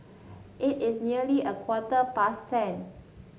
it is nearly a quarter past ten